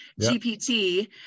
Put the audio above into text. GPT